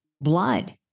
blood